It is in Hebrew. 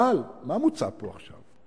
אבל מה מוצע פה עכשיו?